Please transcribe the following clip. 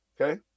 okay